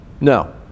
No